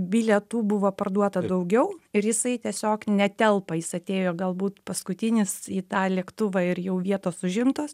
bilietų buvo parduota daugiau ir jisai tiesiog netelpa jis atėjo galbūt paskutinis į tą lėktuvą ir jau vietos užimtos